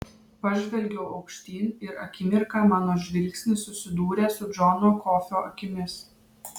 pažvelgiau aukštyn ir akimirką mano žvilgsnis susidūrė su džono kofio akimis